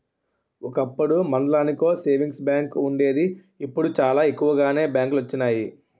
ఒకప్పుడు మండలానికో savings bank వుండేది ఇప్పుడు చాలా ఎక్కువగానే బ్యాంకులొచ్చినియి